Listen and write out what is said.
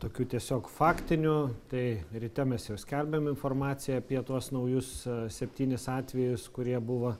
tokių tiesiog faktinių tai ryte mes jau skelbėm informaciją apie tuos naujus septynis atvejus kurie buvo